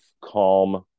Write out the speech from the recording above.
calm